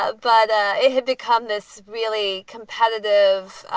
ah but it had become this really competitive,